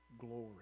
glory